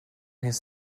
his